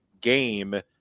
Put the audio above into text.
game